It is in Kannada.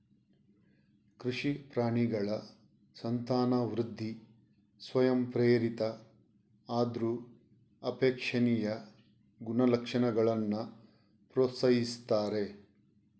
ಕೃಷಿ ಪ್ರಾಣಿಗಳ ಸಂತಾನವೃದ್ಧಿ ಸ್ವಯಂಪ್ರೇರಿತ ಆದ್ರೂ ಅಪೇಕ್ಷಣೀಯ ಗುಣಲಕ್ಷಣಗಳನ್ನ ಪ್ರೋತ್ಸಾಹಿಸ್ತಾರೆ